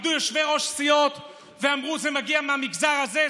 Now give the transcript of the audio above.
עמדו יושבי-ראש סיעות ואמרו: זה מגיע מהמגזר הזה,